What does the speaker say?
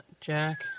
Jack